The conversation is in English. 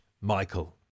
Michael